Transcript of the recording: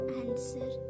answer